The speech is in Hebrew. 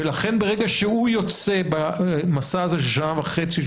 לכן ברגע שהוא יוצא במסע הזה של שנה וחצי,